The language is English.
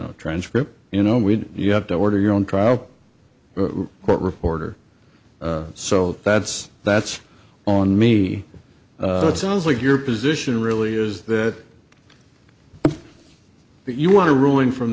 the transcript you know we you have to order your own trial court reporter so that's that's on me it sounds like your position really is that you want to ruling from